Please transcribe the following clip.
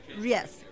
Yes